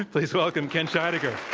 please welcome kent scheidegger.